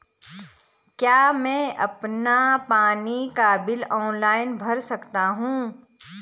क्या मैं अपना पानी का बिल ऑनलाइन भर सकता हूँ?